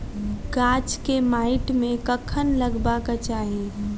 गाछ केँ माइट मे कखन लगबाक चाहि?